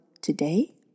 today